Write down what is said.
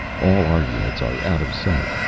all our units are out of sight.